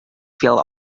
feel